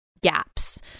gaps